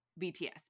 BTS